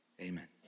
amen